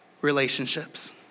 relationships